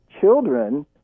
children